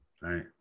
Right